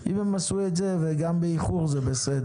אם הם עשו את זה וגם באיחור זה בסדר.